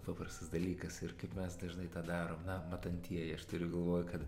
paprastas dalykas ir kaip mes dažnai tą darom na matantieji aš turiu galvoj kad